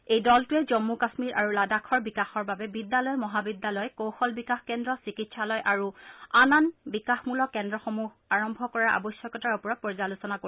এই দলটোৱে জম্মু কাশ্মীৰ আৰু লাডাখৰ বিকাশৰ বাবে বিদ্যালয় মহাবিদ্যালয় কৌশল বিকাশ কেন্দ্ৰ চিকিৎসালয় আৰু আন আন বিকাশমূলক কেন্দ্ৰসমূহ আৰম্ভ কৰাৰ আৱশ্যকতাৰ ওপৰত পৰ্যালোচনা কৰিব